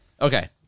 Okay